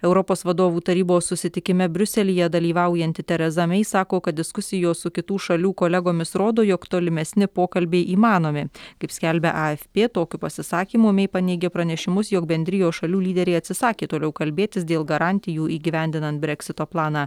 europos vadovų tarybos susitikime briuselyje dalyvaujanti tereza mei sako kad diskusijos su kitų šalių kolegomis rodo jog tolimesni pokalbiai įmanomi kaip skelbia afp tokiu pasisakymu mei paneigė pranešimus jog bendrijos šalių lyderiai atsisakė toliau kalbėtis dėl garantijų įgyvendinant breksito planą